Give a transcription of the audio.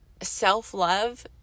self-love